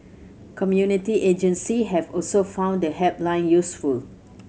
community agency have also found the helpline useful